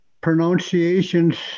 pronunciations